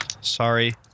Sorry